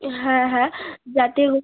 হ্যাঁ হ্যাঁ যাতে